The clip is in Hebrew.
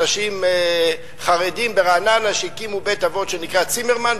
אנשים חרדים ברעננה שהקימו בית-אבות שנקרא "צימרמן",